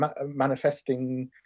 manifesting